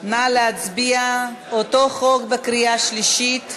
נא להצביע, אותו חוק, בקריאה שלישית.